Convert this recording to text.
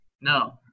No